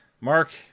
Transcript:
Mark